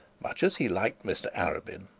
much as he liked mr arabin,